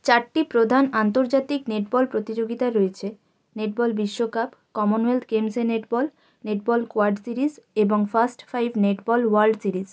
চারটি প্রধান আন্তর্জাতিক নেটবল প্রতিযোগিতা রয়েছে নেটবল বিশ্বকাপ কমনওয়েলথ গেমসে নেটবল নেটবল কোয়াড সিরিজ এবং fast five netball world series